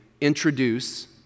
introduce